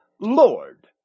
Lord